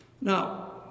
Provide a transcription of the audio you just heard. Now